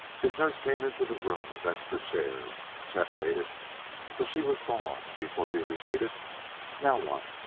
his nurse came into the room with extra chairs chet waited till she was gone before he repeated now what?